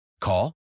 Call